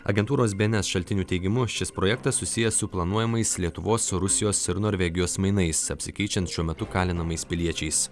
agentūros bns šaltinių teigimu šis projektas susijęs su planuojamais lietuvos rusijos ir norvegijos mainais apsikeičiant šiuo metu kalinamais piliečiais